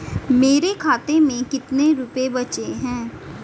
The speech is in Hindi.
मेरे खाते में कितने रुपये बचे हैं?